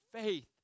faith